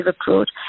approach